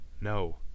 no